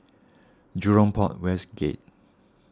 Jurong Port West Gate